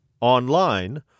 online